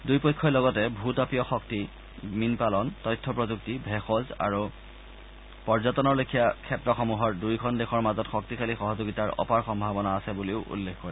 দুয়োপক্ষই লগতে ভূতাপীয় শক্তি মীন পালন তথ্য প্ৰযুক্তি ভেষজ আৰু পৰ্যটনৰ লেখিয়া ক্ষেত্ৰসমূহৰ দুয়োখন দেশৰ মাজত শক্তিশালী সহযোগিতাৰ অপাৰ সম্ভাৱনা আছে বুলিও উল্লেখ কৰে